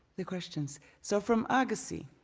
the questions. so from agassiz